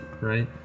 right